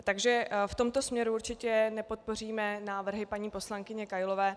Takže v tomto směru určitě nepodpoříme návrhy paní poslankyně Kailové.